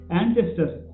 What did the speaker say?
ancestors